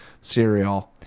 cereal